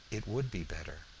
it would be better.